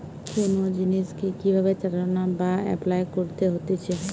কোন জিনিসকে কি ভাবে চালনা বা এপলাই করতে হতিছে